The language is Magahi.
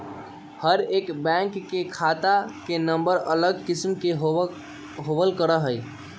हर एक बैंक के खाता के नम्बर अलग किस्म के होबल करा हई